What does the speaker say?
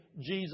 Jesus